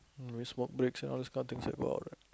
smoke breaks and all this kind of things